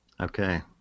Okay